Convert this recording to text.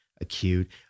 acute